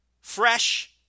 fresh